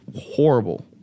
horrible